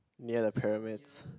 near the pyramids